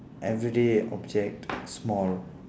everyday object small